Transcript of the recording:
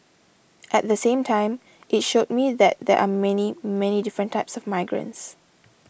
at the same time it showed me that there are many many different types of migrants